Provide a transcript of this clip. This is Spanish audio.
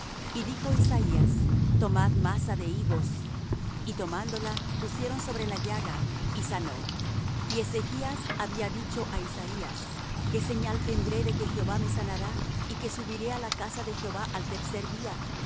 y dijo isaías tomad masa de higos y tomándola pusieron sobre la llaga y sanó y ezechas había dicho á isaías qué señal tendré de que jehová me sanará y que subiré á la casa de jehová al tercer día